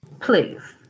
Please